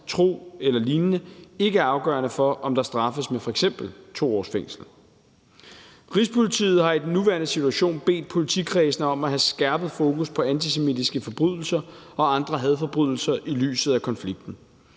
tro eller lignende ikke er afgørende for, om der straffes med f.eks. 2 års fængsel. Rigspolitiet har i den nuværende situation bedt politikredsene om at have skærpet fokus på antisemitiske forbrydelser og andre hadforbrydelser i lyset af konflikten.